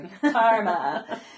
Karma